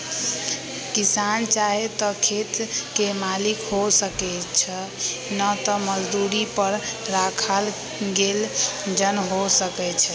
किसान चाहे त खेत के मालिक हो सकै छइ न त मजदुरी पर राखल गेल जन हो सकै छइ